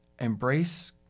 embrace